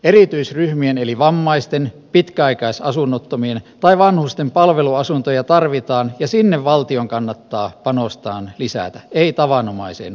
erityisryhmien eli vammaisten pitkäaikaisasunnottomien tai vanhusten palveluasuntoja tarvitaan ja sinne valtion kannattaa panostaan lisätä ei tavanomaiseen vuokra asuntotuotantoon